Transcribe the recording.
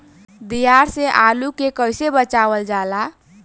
दियार से आलू के कइसे बचावल जाला?